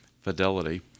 Fidelity